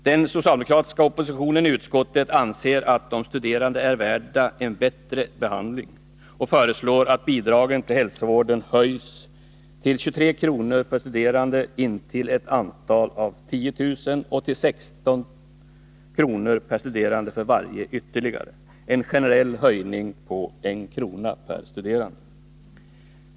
Den socialdemokratiska oppositionen i utskottet anser att de studerande är värda en bättre behandling och föreslår att bidragen till hälsovården höjs till 23 kr. per studerande intill ett antal av 10 000 och till 16 kr. per studerande för varje ytterligare. Det är en generell höjning på en krona per studerande.